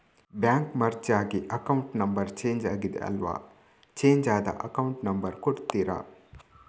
Bank merge ಆಗಿ account number change ಆಗಿದೆ ಅಲ್ವಾ, ಚೇಂಜ್ ಆದ ಅಕೌಂಟ್ ನಂಬರ್ ಕೊಡ್ತೀರಾ?